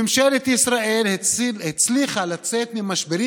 ממשלת ישראל הצליחה לצאת ממשברים